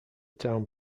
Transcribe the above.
town